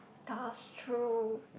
that's true